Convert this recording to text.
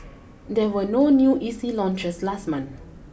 there were no new E C launches last month